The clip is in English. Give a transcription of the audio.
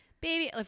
baby